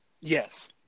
Yes